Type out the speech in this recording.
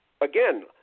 Again